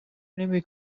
نمی